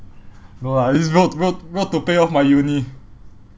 no lah it's road road road to pay off my uni